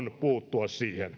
puuttua siihen